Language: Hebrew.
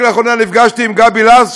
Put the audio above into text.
רק לאחרונה נפגשתי עם גבי לסט,